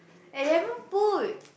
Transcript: I haven't put